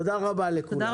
תודה רבה לכולם.